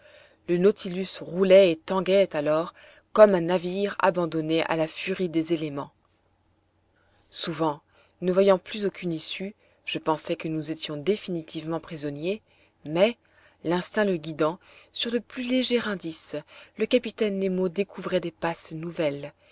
le nautilus roulait et tanguait alors comme un navire abandonne à la furie des éléments souvent ne voyant plus aucune issue je pensais que nous étions définitivement prisonniers mais l'instinct le guidant sur le plus léger indice le capitaine nemo découvrait des passes nouvelles